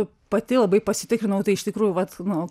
pati labai pasitikrinau tai iš tikrųjų vat nu